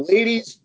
Ladies